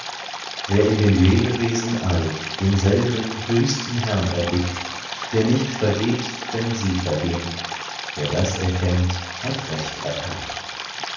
wer in den lebewesen all denselben höchsten herrn erblickt der nicht vergeht wenn sie vergehn wer das erkennt hat recht erkannt